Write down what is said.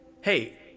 Hey